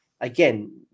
again